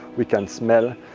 we can smell.